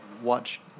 Watch